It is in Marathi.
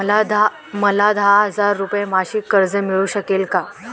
मला दहा हजार रुपये मासिक कर्ज मिळू शकेल का?